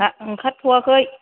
हा ओंखारथ'आखै